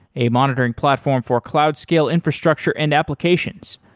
a monitoring platform for cloud scale infrastructure and applications.